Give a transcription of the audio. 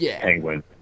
Penguin